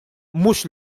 mhux